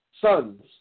sons